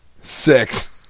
Six